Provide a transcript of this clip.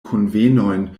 kunvenojn